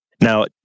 Now